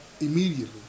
immediately